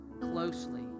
closely